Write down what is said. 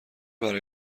برای